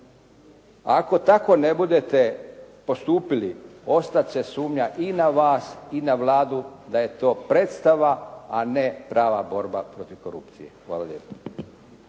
Ako tako ne budete postupili ostat će sumnja i na vas i na Vladu da je to predstava, a ne prava borba protiv korupcije. Hvala lijepo.